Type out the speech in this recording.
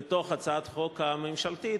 בתוך הצעת החוק הממשלתית,